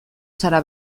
zara